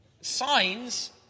Signs